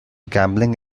gambling